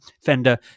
Fender